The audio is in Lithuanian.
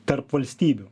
tarp valstybių